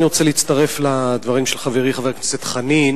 אני רוצה להצטרף לדברים של חברי חבר הכנסת חנין,